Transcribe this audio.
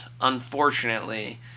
unfortunately